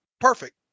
perfect